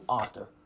author